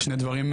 שני דברים,